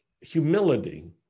humility